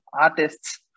artists